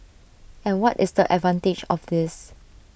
and what is the advantage of this